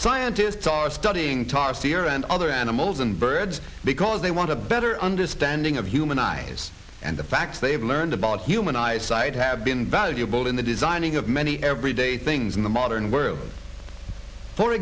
scientists are studying tarsier and other animals and birds because they want a better understanding of human eyes and the fact they have learned about human eye sight have been valuable in the designing of many everyday things in the modern world for